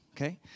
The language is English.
Okay